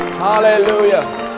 Hallelujah